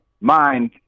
mind